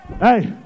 Hey